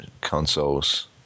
consoles